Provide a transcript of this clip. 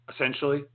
essentially